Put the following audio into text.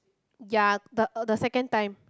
ya the the second time